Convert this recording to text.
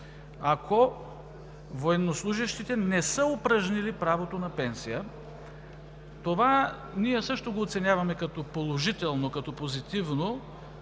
ако военнослужещите не са упражнили правото си на пенсия. Това също го оценяваме като положително, позитивно,